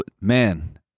Man